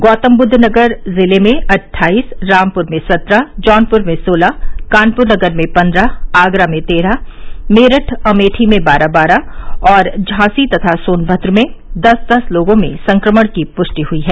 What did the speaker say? गौतमबुद्ध नगर जिले में अट्ठाईस रामपुर में सत्रह जौनपुर में सोलह कानपुर नगर में पन्द्रह आगरा में तेरह मेरठ अमेठी में बारह बारह और झांसी तथा सोनभद्र में दस दस लोगों में संक्रमण की प्रष्टि हुयी है